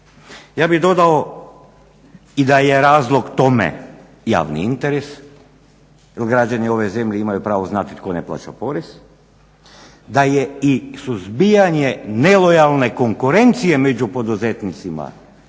Ja bih dodao, i da je razlog tome javni interes jer građani ove zemlje imaju pravo znati tko ne plaća porez, da je i suzbijanje nelojalne konkurencije među poduzetnicima